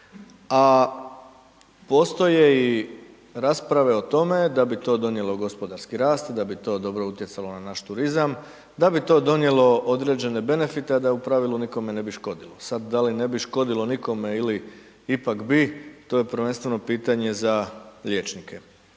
a postoje i rasprave o tome da bi to donijelo gospodarski rast, da bi to dobro utjecalo na naš turizam, da bi to donijelo određene benefite, a da u pravilu nikome ne bi škodilo, sad da li ne bi škodilo nikome ili ipak bi, to je prvenstveno pitanje za liječnike